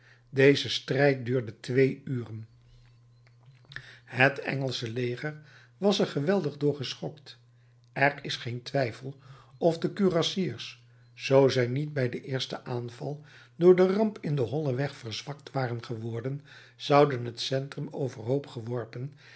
deze strijd duurde twee uren het engelsche leger was er geweldig door geschokt er is geen twijfel of de kurassiers zoo zij niet bij den eersten aanval door de ramp in den hollen weg verzwakt waren geworden zouden het centrum over hoop geworpen